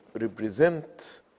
represent